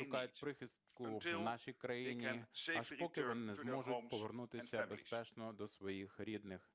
шукають прихистку в нашій країні аж поки вони не зможуть повернутися безпечно до своїх рідних